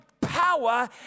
power